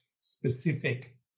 specific